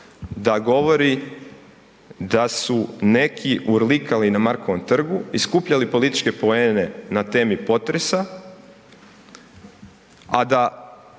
da govori da su neki urlikali na Markovom trgu i skupljali političke poene na temi potresa, a da